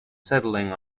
settling